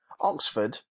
Oxford